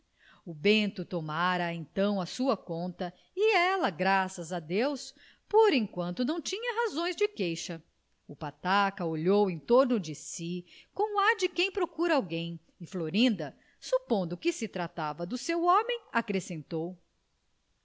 o bento tomara a então à sua conta e ela graças a deus por enquanto não tinha razões de queixa o pataca olhou em torno de si com o ar de quem procura alguém e florinda supondo que se tratava do seu homem acrescentou